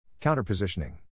Counterpositioning